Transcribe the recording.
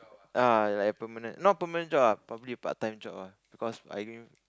ah like a permanent not permanent not permanent job ah probably a part time job ah because I